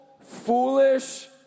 foolish